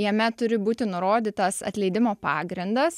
jame turi būti nurodytas atleidimo pagrindas